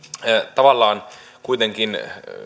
tavallaan kuitenkin